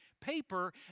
paper